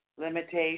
limitation